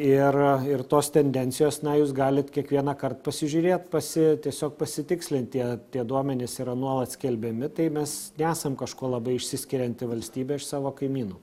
ir ir tos tendencijos na jūs galit kiekvienąkart pasižiūrėt pasi tiesiog pasitikslint tie tie duomenys yra nuolat skelbiami tai mes nesam kažkuo labai išsiskirianti valstybė iš savo kaimynų